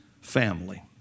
family